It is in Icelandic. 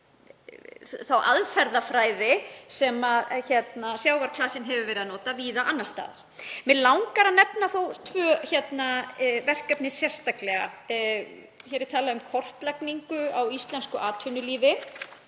þá aðferðafræði sem sjávarklasinn hefur verið að nota víða annars staðar. Mig langar að nefna tvö verkefni sérstaklega. Hér er talað um kortlagningu á íslensku atvinnulífi.